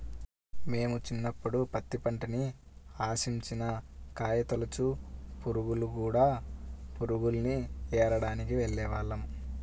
మేము చిన్నప్పుడు పత్తి పంటని ఆశించిన కాయతొలచు పురుగులు, కూడ పురుగుల్ని ఏరడానికి వెళ్ళేవాళ్ళం